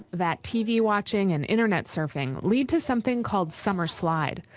that tv watching and internet suffering lead to something called summer slide.